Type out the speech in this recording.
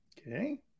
Okay